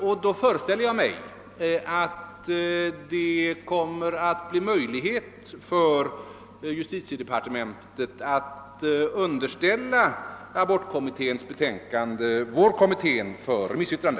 Jag föreställer mig att det blir möjligt för justitiedepartementet att underställa vår kommittés betänkande abortkommittén för remissyttrande.